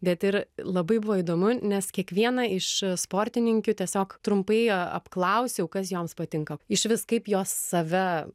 bet ir labai buvo įdomu nes kiekvieną iš sportininkių tiesiog trumpai a apklausiau kas joms patinka išvis kaip jos save